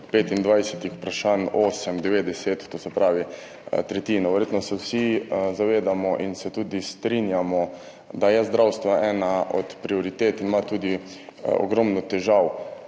25 vprašanj 10, to se pravi tretjino. Verjetno se vsi zavedamo in se tudi strinjamo, da je zdravstvo ena od prioritet in ima tudi ogromno težav.